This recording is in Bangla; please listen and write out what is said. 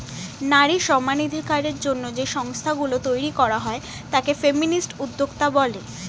নারী সমানাধিকারের জন্য যে সংস্থা গুলো তৈরী করা হয় তাকে ফেমিনিস্ট উদ্যোক্তা বলে